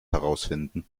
herausfinden